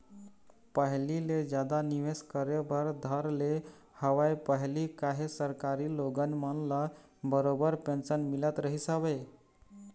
पहिली ले जादा निवेश करे बर धर ले हवय पहिली काहे सरकारी लोगन मन ल बरोबर पेंशन मिलत रहिस हवय